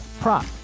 prop